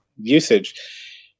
usage